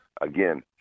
again